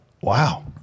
wow